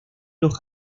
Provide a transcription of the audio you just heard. los